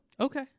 Okay